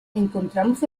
encontramos